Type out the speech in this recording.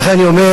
לכן אני אומר,